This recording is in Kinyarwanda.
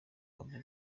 avuga